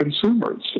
consumers